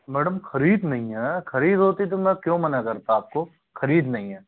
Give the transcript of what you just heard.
madam ख़रीद नहीं है ख़रीद होती तो मैं क्यों मना करता आप को ख़रीद नहीं है